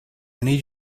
need